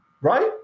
Right